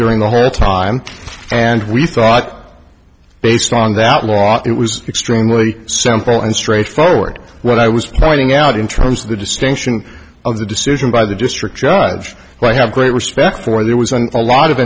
during the whole time and we thought based on that law it was extremely simple and straightforward what i was pointing out in terms of the distinction of the decision by the district judge but i have great respect for there was on a lot of